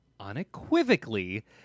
Unequivocally